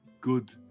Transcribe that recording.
Good